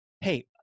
hey